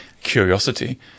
curiosity